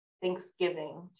Thanksgiving